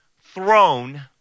throne